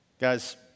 Guys